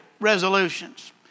resolutions